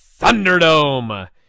Thunderdome